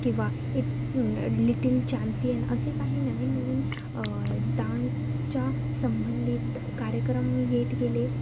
किंवा little champion असे काही नवीन नवीन डान्सच्या संबंधित कार्यक्रम येत गेले